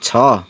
छ